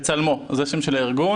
בצלמו, זה השם של הארגון,